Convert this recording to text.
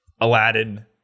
aladdin